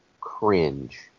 cringe